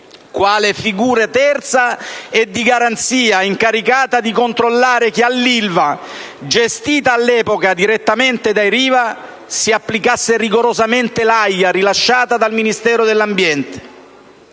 quale figura terza e di garanzia incaricata di controllare che all'Ilva, gestita all'epoca direttamente dai Riva, si applicasse rigorosamente l'AIA rilasciata dal Ministero dell'ambiente.